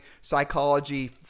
psychology